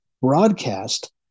broadcast